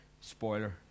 spoiler